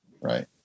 right